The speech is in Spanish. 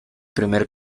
primer